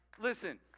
Listen